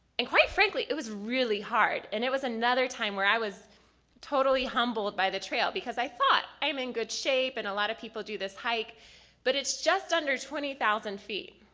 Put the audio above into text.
and quite frankly it was really hard. and it was another time where i was totally humbled by the trail because i thought i'm in good shape and a lot of people do this hike but it's just under twenty thousand feet.